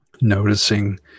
Noticing